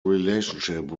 relationship